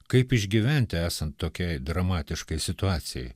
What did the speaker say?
kaip išgyventi esant tokiai dramatiškai situacijai